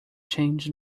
change